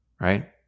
right